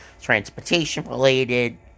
transportation-related